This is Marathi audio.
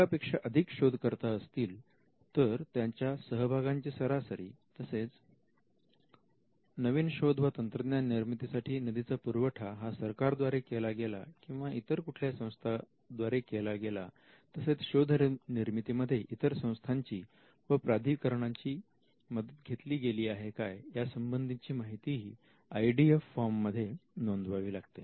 एक पेक्षा अधिक शोधकर्ता असतील तर त्यांच्या सहभागाची सरासरी तसेच नवीन शोध वा तंत्रज्ञान निर्मितीसाठी निधीचा पुरवठा हा सरकारद्वारे केला गेला किंवा इतर कुठल्या संस्थाद्वारे केला गेला तसेच शोध निर्मितीमध्ये इतर संस्थांची ची व प्राधिकरण यांची मदत घेतली गेली आहे काय यासंबंधीची माहितीही आय डी एफ फॉर्म मध्ये नोंदवावी लागते